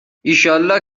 ایشالله